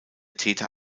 täter